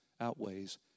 outweighs